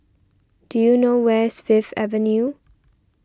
do you know where is Fifth Avenue